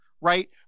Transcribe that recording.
Right